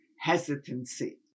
hesitancy